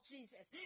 Jesus